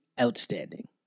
outstanding